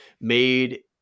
made